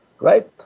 right